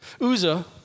Uzzah